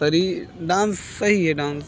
शरीर डांस सही है डांस